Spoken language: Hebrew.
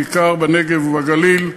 בעיקר בנגב ובגליל,